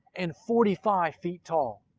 and forty five feet tall.